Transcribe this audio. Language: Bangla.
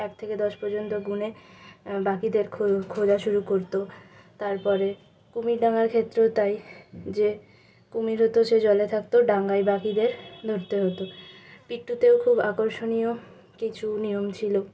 এক থেকে দশ পর্যন্ত গুনে বাকিদের খো খোঁজা শুরু করতো তারপরে কুমিরডাঙ্গার ক্ষেত্রেও তাই যে কুমির হতো সে জলে থাকতো ডাঙায় বাকিদের ধরতে হতো পিট্টুতেও খুব আকর্ষণীয় কিছু নিয়ম ছিল